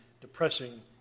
depressing